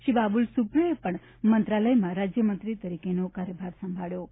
શ્રી બાબુલ સુપ્રિયોએ પણ મંત્રાલયમાં રાજ્યમંત્રી તરીકેનો કાર્યભાર સંભાળ્યો છે